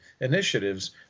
initiatives